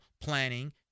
planning